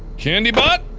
candy bot?